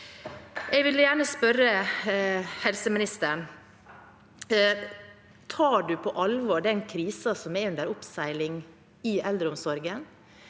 Jeg vil gjerne spørre helseministeren: Tar statsråden på alvor den krisen som er under oppseiling i eldreomsorgen?